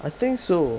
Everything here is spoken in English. I think so